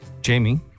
Jamie